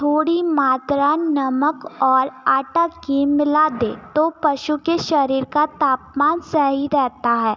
थोड़ी मात्रा नमक और आटा की मिला दे तो पशु के शरीर का तापमान सही रहता है